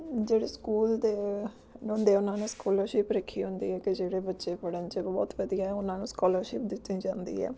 ਜਿਹੜੇ ਸਕੂਲ ਦੇ ਉਹਨਾਂ ਨੇ ਸਕੋਲਰਸ਼ਿਪ ਰੱਖੀ ਹੁੰਦੀ ਹੈ ਕਿ ਜਿਹੜੇ ਬੱਚੇ ਪੜ੍ਹਨ 'ਚ ਬਹੁਤ ਵਧੀਆ ਹੈ ਉਹਨਾਂ ਨੂੰ ਸਕਾਲਰਸ਼ਿਪ ਦਿੱਤੀ ਜਾਂਦੀ ਹੈ